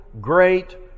great